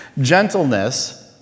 Gentleness